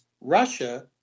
Russia